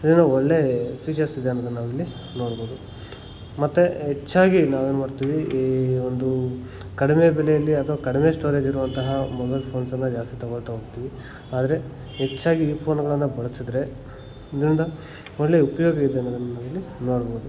ಏನು ಒಳ್ಳೆ ಫೀಚರ್ಸ್ ಇದೆ ಅನ್ನೋದನ್ನು ನಾವಿಲ್ಲಿ ನೋಡ್ಬೋದು ಮತ್ತು ಹೆಚ್ಚಾಗಿ ನಾವೇನುಮಾಡ್ತೀವಿ ಈ ಒಂದು ಕಡಿಮೆ ಬೆಲೆಯಲ್ಲಿ ಅಥ್ವ ಕಡಿಮೆ ಸ್ಟೋರೇಜ್ ಇರುವಂತಹ ಮೊಬೈಲ್ ಫೋನ್ಸನ್ನು ಜಾಸ್ತಿ ತಗೊಳ್ತಾ ಹೋಗ್ತಿವಿ ಆದರೆ ಹೆಚ್ಚಾಗಿ ಈ ಫೋನುಗಳನ್ನು ಬಳಸಿದರೆ ಇದರಿಂದ ಒಳ್ಳೆ ಉಪಯೋಗ ಇದೆ ಅನ್ನೋದನ್ನು ನಾವಿಲ್ಲಿ ನೋಡ್ಬೋದು